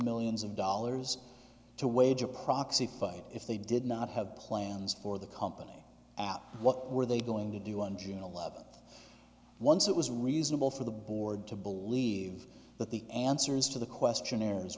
millions of dollars to wage a proxy fight if they did not have plans for the company at what were they going to do on june eleventh once it was reasonable for the board to believe that the answers to the questionnaires